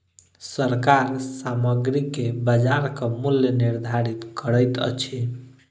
सरकार सामग्री के बजारक मूल्य निर्धारित करैत अछि